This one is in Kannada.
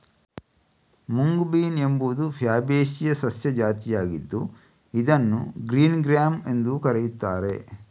ಮುಂಗ್ ಬೀನ್ ಎಂಬುದು ಫ್ಯಾಬೇಸಿಯ ಸಸ್ಯ ಜಾತಿಯಾಗಿದ್ದು ಇದನ್ನು ಗ್ರೀನ್ ಗ್ರ್ಯಾಮ್ ಎಂದೂ ಕರೆಯುತ್ತಾರೆ